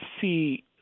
see